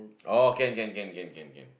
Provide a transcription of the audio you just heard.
oh can can can can can can